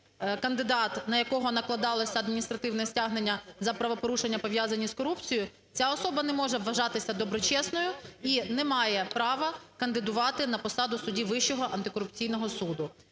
кандидат, на якого накладалося адміністративне стягнення за правопорушення, пов'язані з корупцією, ця особа не може вважатися доброчесною і не має права кандидувати на посаду судді Вищого антикорупційного суду.